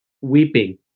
weeping